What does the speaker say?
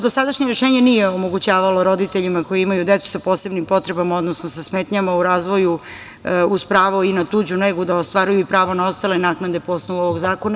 Dosadašnje rešenje nije omogućavalo roditeljima koji imaju decu sa posebnim potrebama, odnosno sa smetnjama u razvoju uz pravo i na tuđu negu da ostvaruju i prava na ostale naknade po osnovu ovog zakona.